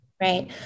Right